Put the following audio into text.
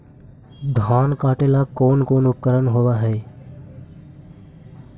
धान काटेला कौन कौन उपकरण होव हइ?